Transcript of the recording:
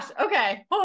okay